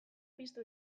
piztu